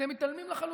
ואתם מתעלמים לחלוטין.